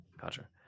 gotcha